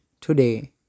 today